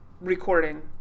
recording